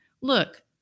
Look